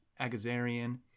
Agazarian